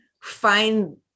find